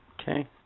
Okay